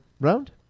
round